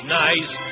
nice